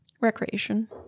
recreation